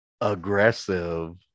aggressive